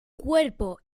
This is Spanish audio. cuerpo